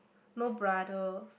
no brother